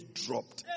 dropped